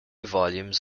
volumes